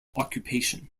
occupation